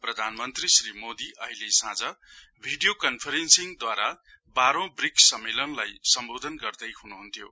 प्रधान मन्त्री श्री मोदी अहिले साँझ भिडियो कन्फरेन्सिङ द्वारा बाहौं ब्रिक्स सम्मेलनलाई सम्बोधन गर्दै हुनुहन्थ्यो